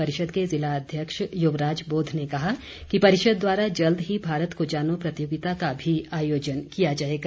परिषद के ज़िला अध्यक्ष युवराज बोध ने कहा कि परिषद द्वारा जल्द ही भारत को जानो प्रतियोगिता का भी आयोजन किया जाएगा